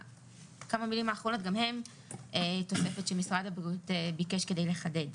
המילים האחרונות גם הן תוספת שמשרד הבריאות ביקש כדי לחדד.